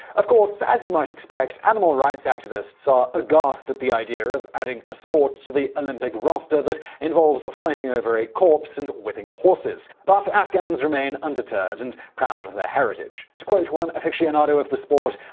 of course, as you might expect, animal rights activists are aghast at the idea of adding a sport to the olympic roster that involves fighting over a corpse and whipping horses. but afghans remain undeterred and proud of their heritage. to quote one aficionado of the sport,